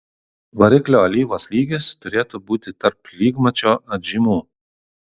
variklio alyvos lygis turėtų būti tarp lygmačio atžymų